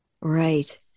Right